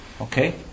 Okay